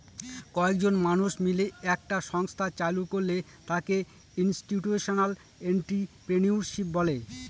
কয়েকজন মানুষ মিলে একটা সংস্থা চালু করলে তাকে ইনস্টিটিউশনাল এন্ট্রিপ্রেনিউরশিপ বলে